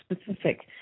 specific